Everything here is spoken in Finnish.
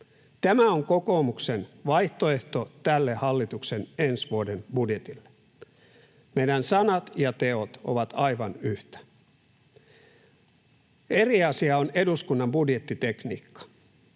Tämä on kokoomuksen vaihtoehto tälle hallituksen ensi vuoden budjetille. Meidän sanamme ja tekomme ovat aivan yhtä. Eri asia on eduskunnan budjettitekniikka.